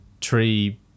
tree